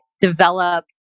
develop